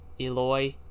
Eloy